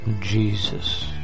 Jesus